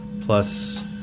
plus